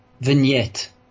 vignette